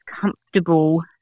comfortable